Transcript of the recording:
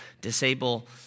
disable